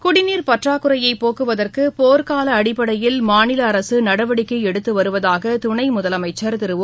குடிநீர் பற்றாக்குறைய போக்குவதற்கு போர்க்கால அடிப்படையில் மாநில அரசு நடவடிக்கை எடுத்து வருவதாக துணை முதலமைச்சர் திரு ஒ